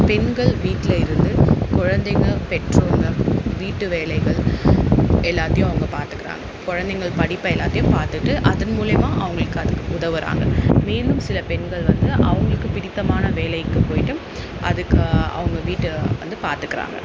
பெண்கள் வீட்டில் இருந்து குழந்தைங்க பெற்றோங்க வீட்டு வேலைகள் எல்லாத்தையும் அவங்க பார்த்துக்குறாங்க குழந்தைங்கள் படிப்பை எல்லாத்தையும் பார்த்துக்கிட்டு அதன் மூலியமாக அவங்களுக்கு அதுக்கு உதவுறாங்க மேலும் சில பெண்கள் வந்து அவங்களுக்கு பிடித்தமான வேலைக்கு போயிட்டும் அதுக்கு அவங்க வீட்டை வந்து பார்த்துக்குறாங்க